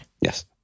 Yes